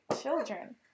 Children